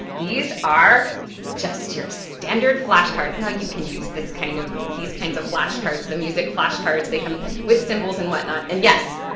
these are just your standard flashcards. now you can use kind of these kinds of flashcards, the music flashcards, they come with symbols and whatnot, and yes,